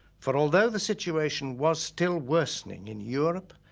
for although the situation was still worsening in europe,